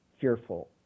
fearful